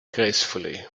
gracefully